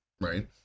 Right